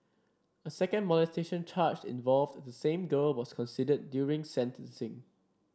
a second molestation charge involved the same girl was considered during sentencing